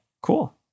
Cool